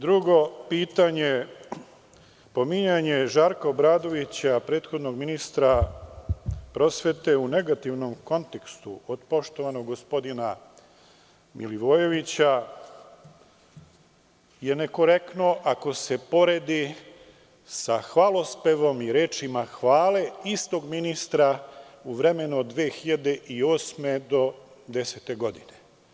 Drugo pitanje, pominjanje Žarka Obradovića, prethodnog ministra prosvete u negativnom kontekstu od poštovanog gospodina Milivojevića je nekorektno ako se poredi sa hvalospevom i rečima hvale istog ministra u vremenu od 2008. do 2010. godine.